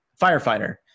firefighter